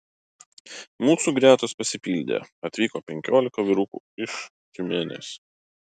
mūsų gretos pasipildė atvyko penkiolika vyrukų iš tiumenės